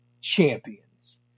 Champions